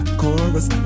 chorus